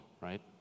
right